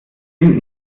spind